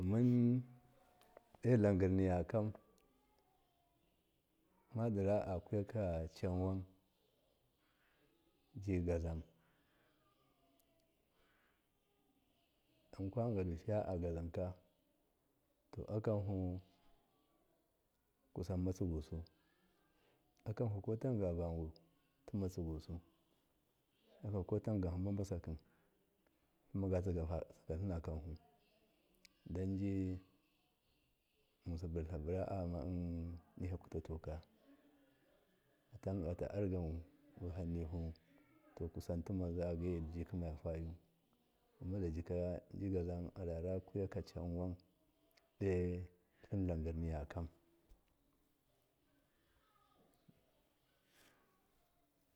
Man tlagirniyakam mudira akuyaki canwanji gazam dokwadigafiya gazanka to akanhu kusan matsigusu akanhu kotanga bagwu timatsigusu haka kotangan hamba basaki tlammagatai gatlima kanhu dunji yinsi burtlabura ama kutatoka fata argan wihan nihu kusantima zagayu dibikimaya fahu hamba zaijika ji gazam arara kuyaka canwan dotlin tlagir niyakam.